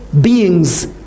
beings